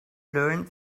learned